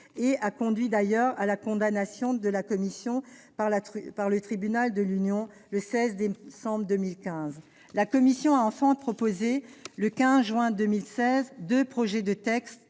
conduit à la condamnation de la Commission par le tribunal de l'Union européenne le 16 décembre 2015. La Commission a enfin proposé, le 15 juin 2016, deux projets de textes,